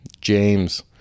James